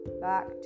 back